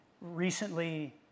Recently